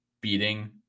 beating